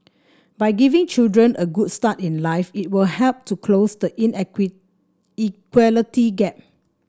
by giving children a good start in life it will help to close the inequality gap